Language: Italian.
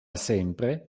sempre